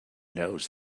knows